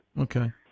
Okay